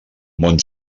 món